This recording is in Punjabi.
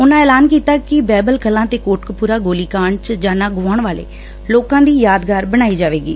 ਉਨੂਂ ਐਲਾਨ ਕੀਤਾ ਕਿ ਬਹਿਬਲ ਕਲਾਂ ਤੇ ਕੋਟਕਪੁਰਾ ਗੋਲੀ ਕਾਂਡ ਚ ਜਾਨਾਂ ਗੁਆਉਣ ਵਾਲੇ ਲੋਕਾਂ ਦੀ ਯਾਦਗਾਰ ਬਣਾਈ ਜਾਵੇਗੀ